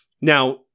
Now